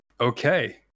okay